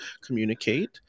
communicate